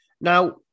Now